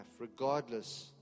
regardless